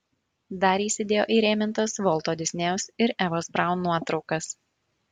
dar įsidėjo įrėmintas volto disnėjaus ir evos braun nuotraukas